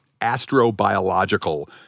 astrobiological